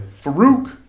Farouk